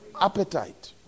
Appetite